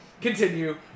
Continue